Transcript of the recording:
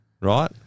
right